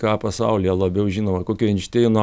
ką pasaulyje labiau žinomo kokio einšteino